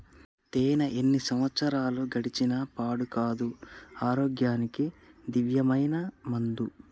తేనే ఎన్ని సంవత్సరాలు గడిచిన పాడు కాదు, ఆరోగ్యానికి దివ్యమైన మందు